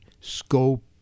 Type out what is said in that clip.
scope